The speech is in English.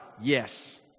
Yes